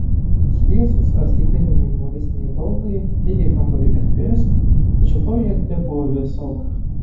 šviesūs ar stikliniai minimalistiniai baldai teikė kambariui erdvės tačiau toji erdvė buvo vėsoka